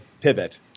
pivot